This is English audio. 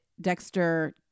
Dexter